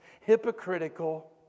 hypocritical